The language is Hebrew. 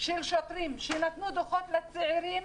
של שוטרים, שנתנו דוחות לצעירים